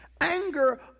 Anger